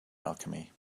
alchemy